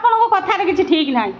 ଆପଣଙ୍କ କଥାରେ କିଛି ଠିକ୍ ନାହିଁ